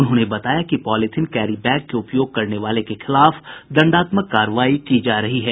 उन्होंने बताया कि पॉलीथीन कैरी बैग के उपयोग करने वाले के खिलाफ दंडात्मक कार्रवाई की जा रही है